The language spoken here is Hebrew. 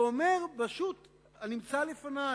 ואומר בשו"ת הנמצא לפני: